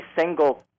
single